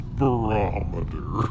barometer